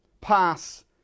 pass